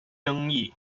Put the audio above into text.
争议